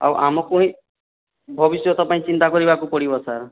ଆଉ ଆମକୁ ହିଁ ଭବିଷ୍ୟତ ପାଇଁ ଚିନ୍ତା କରିବାକୁ ପଡ଼ିବ ସାର୍